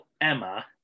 Emma